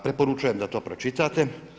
Preporučujem da to pročitate.